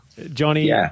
Johnny